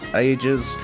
ages